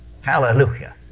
Hallelujah